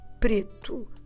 preto